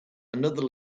another